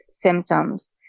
symptoms